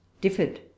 differed